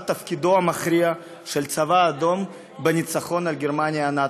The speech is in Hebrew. תפקידו המכריע של הצבא האדום בניצחון על גרמניה הנאצית.